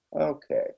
Okay